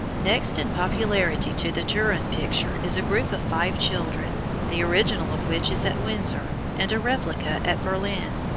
next in popularity to the turin picture is a group of five children, the original of which is at windsor, and a replica at berlin.